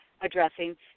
addressing